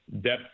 depth